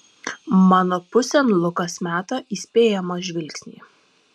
mano pusėn lukas meta įspėjamą žvilgsnį